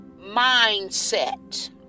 mindset